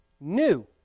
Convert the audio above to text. new